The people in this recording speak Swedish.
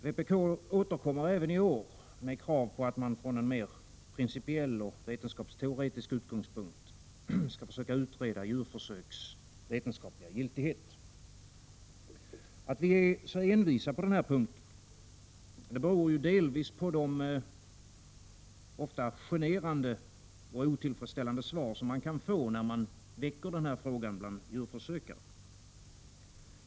Vpk återkommer även i år med krav på att man från en mer principiell och vetenskapsteoretisk utgångspunkt skall försöka utreda djurförsöks vetenskapliga giltighet. Att vi är så envisa på den punkten beror delvis på de ofta generande och otillfredsställande svar som man kan få när man väcker den här frågan om djurförsöken.